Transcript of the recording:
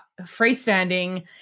freestanding